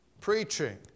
Preaching